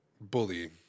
bully